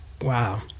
wow